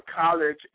college